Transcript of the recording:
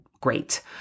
great